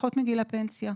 פחות מגיל הפנסיה.